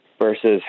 versus